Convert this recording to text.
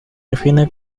define